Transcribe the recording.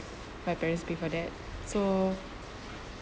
my parents prefer that so